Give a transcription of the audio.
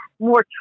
More